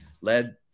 led